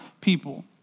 people